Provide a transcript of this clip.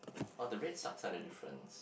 oh the red socks are the difference